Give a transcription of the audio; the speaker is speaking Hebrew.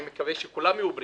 אני מקווה שכולם יהיו בריאים,